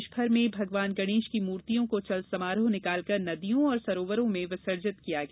प्रदेश भर में भगवान गणेश की मूर्तियों को चल समारोह निकाल कर नदियों और सरोवरों में विसर्जित किया गया